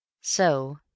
So